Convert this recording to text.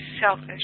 selfish